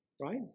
right